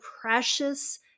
precious